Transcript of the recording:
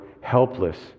helpless